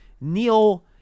Neil